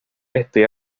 estoy